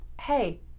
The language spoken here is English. Hey